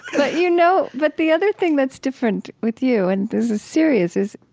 but you know but the other thing that's different with you and this is serious is,